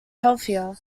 healthier